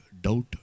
doubt